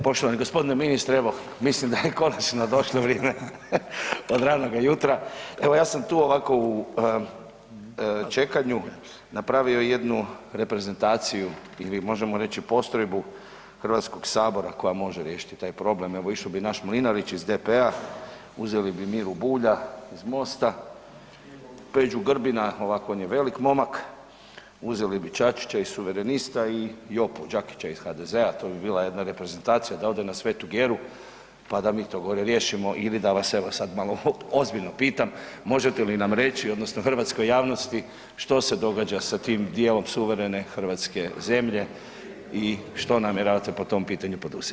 Poštovani g. ministre, evo, mislim da je konačno došlo vrijeme od ranoga jutra, evo ja sam tu ovako u čekanju napravio jednu reprezentaciju ili možemo reći postrojbu Hrvatskog sabora koja može riješiti taj problem, evo išao bi naš Mlinarić iz DP-a, uzeli bi Miru Bulja iz Mosta, Peđu Grbina, ovako on je velik momak, uzeli bi Čačića i Suverenista i Đakića iz HDZ-a, to bi bila jedna reprezentacija da ode na Svetu Geru pa da mi to gore riješimo ili da vas evo sad malo ozbiljno pitam, možete li nam reći odnosno hrvatskoj javnosti, što se događa sa tim djelom suverene hrvatske zemlje i što namjeravate po tom pitanju poduzeti?